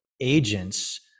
agents